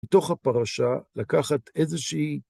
מתוך הפרשה לקחת איזושהי...